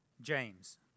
James